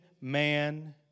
man